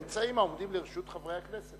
אמצעים העומדים לרשות חברי הכנסת.